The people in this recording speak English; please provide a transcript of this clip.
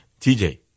TJ